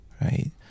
right